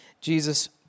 Jesus